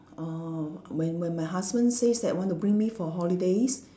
uh when when my husband says that want to bring me for holidays